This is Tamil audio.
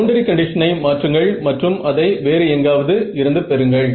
பவுண்டரி கண்டிஷனை மாற்றுங்கள் மற்றும் அதை வேறு எங்காவது இருந்து பெறுங்கள்